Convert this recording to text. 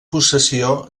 possessió